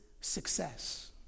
success